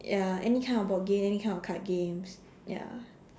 ya any kind of board game any kind of card games ya